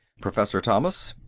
professor thomas?